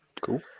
cool